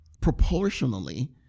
Proportionally